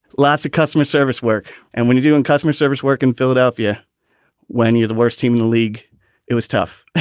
lots of customer service. where and when you do and customer service work in philadelphia when you're the worst team in the league it was tough